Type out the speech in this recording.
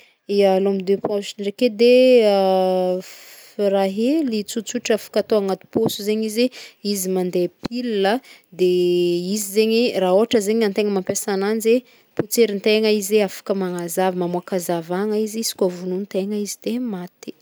Ya, lampe de poche ndraiky edy e, f- raha hely tsotsotra afaka atao agnaty paosy zegny izy, izy mande pile, de izy zegny, raha ôhatra zegny antegna mampiasa agnanjy potserintegna izy e, afaka magnazava, mamoaka hazavana izy, izy koa vonointegna izy de maty.